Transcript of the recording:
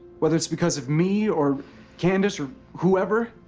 whether it's because of me or candace or whoever,